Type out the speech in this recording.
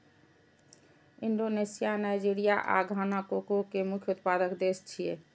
Indonesia, Nigeria आ Ghana cocoa के मुख्य उत्पादक देश छियै